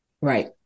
Right